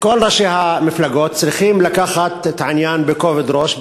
כל ראשי המפלגות צריכים לקחת את העניין בכובד ראש,